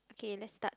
okay let's start